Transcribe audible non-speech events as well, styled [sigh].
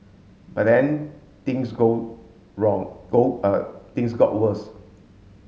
but then things go wrong go [hesitation] things got worse